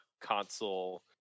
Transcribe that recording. console